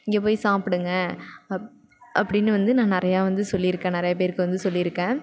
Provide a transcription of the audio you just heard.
இங்கே போய் சாப்பிடுங்க அப் அப்படினு வந்து நான் நிறையா வந்து சொல்லியிருக்கேன் நிறையா பேருக்கு வந்து சொல்லியிருக்கேன்